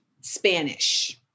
Spanish